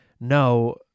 no